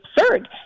absurd